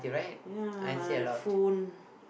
ya the phone